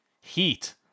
Heat